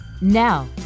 Now